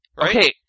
Okay